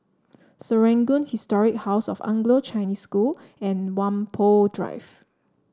Serangoon Historic House of Anglo Chinese School and Whampoa Drive